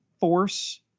force